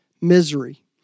misery